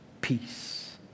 peace